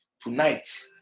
Tonight